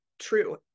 true